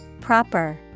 proper